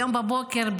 היום בבוקר,